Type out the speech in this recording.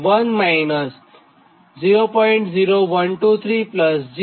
જે 1 0